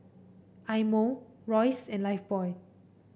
Eye Mo Royce and Lifebuoy